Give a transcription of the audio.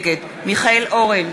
חברי הכנסת, המזכירות, ערוכים?